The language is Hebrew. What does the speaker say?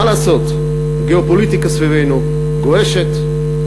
מה לעשות, הגיאו-פוליטיקה סביבנו גועשת,